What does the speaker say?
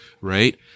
right